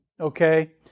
Okay